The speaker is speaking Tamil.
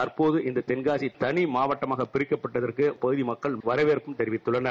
தற்போது இந்த தென்காசி தனி மாவட்டமாக பிரிக்கப்பட்டதற்கு இப்பகுகி மக்கள் வரவேற்பு தெரிவித்தள்ளனர்